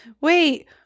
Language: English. wait